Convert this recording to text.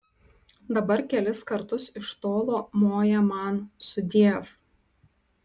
dabar kelis kartus iš tolo moja man sudiev